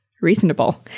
reasonable